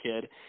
kid